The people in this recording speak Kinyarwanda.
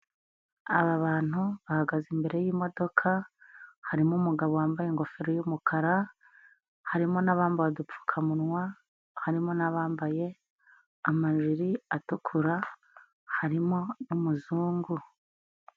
Aba bantu bahagaze imbere y'imodoka, harimo umugabo wambaye ingofero y'umukara, harimo n'abambaye udupfukamunwa, harimo n'abambaye amajiri atukura, harimo n'umuzungu.